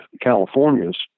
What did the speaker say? California's